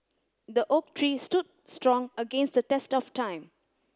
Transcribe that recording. the oak tree stood strong against the test of time